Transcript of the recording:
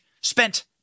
spent